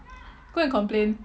go and complain